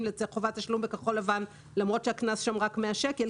לחניה בכחול-לבן למרות שהקנס שם הוא רק 100 שקלים,